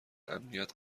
امنیت